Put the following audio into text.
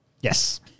Yes